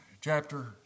chapter